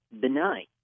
benign